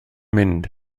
mynd